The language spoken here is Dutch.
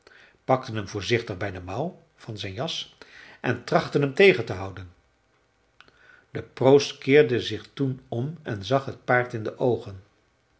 pakte hem voorzichtig bij de mouw van zijn jas en trachtte hem tegen te houden de proost keerde zich toen om en zag het paard in de oogen